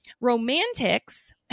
Romantics